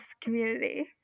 community